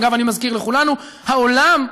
אגב, אני מזכיר לכולנו, העולם,